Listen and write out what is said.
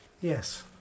Yes